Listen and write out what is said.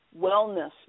wellness